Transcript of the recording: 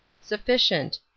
Sufficient